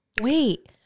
wait